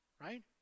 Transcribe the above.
right